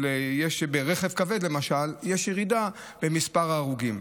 ברכב כבד למשל יש ירידה במספר ההרוגים,